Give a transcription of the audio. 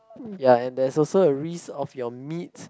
ya and there's also a risk of your meat